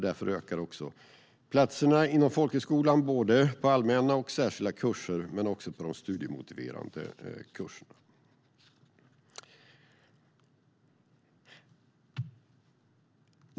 Därför ökar regeringen antalet platser inom folkhögskolan på både allmänna och särskilda kurser men också på de studiemotiverande kurserna.